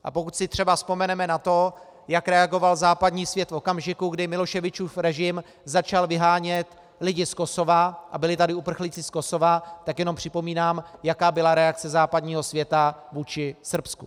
A pokud si třeba vzpomeneme na to, jak reagoval západní svět v okamžiku, kdy Miloševičům režim začal vyhánět lidi z Kosova a byli tady uprchlíci z Kosova, tak jenom připomínám, jaká byla reakce západního světa vůči Srbsku.